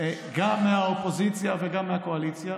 גם באופוזיציה וגם בקואליציה,